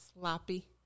sloppy